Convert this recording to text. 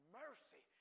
mercy